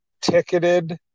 ticketed